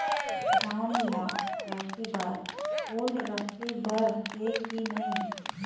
धान ला रखे बर ओल राखे बर हे कि नई?